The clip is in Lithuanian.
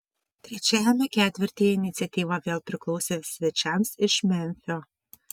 trečiajame ketvirtyje iniciatyva vėl priklausė svečiams iš memfio